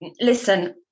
listen